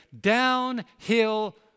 downhill